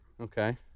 Okay